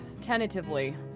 tentatively